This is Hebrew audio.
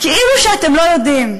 כאילו שאתם לא יודעים.